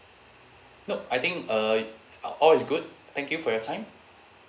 nope I think uh uh all is good thank you for your time